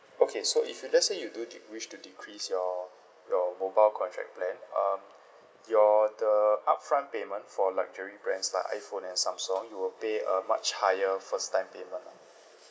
okay so if you let's say you do de~ wish to decrease your your mobile contract plan um your the upfront payment for luxury brands like iphone and samsung you'll pay a much higher first time payment lah